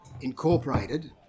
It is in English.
Incorporated